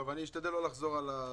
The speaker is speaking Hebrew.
טוב, אני אשתדל לא לחזור על הדברים.